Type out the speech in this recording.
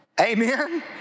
Amen